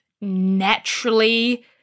naturally